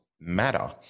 matter